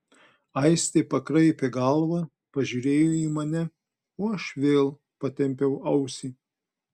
aistė pakraipė galvą pažiūrėjo į mane o aš vėl patempiau ausį